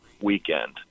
weekend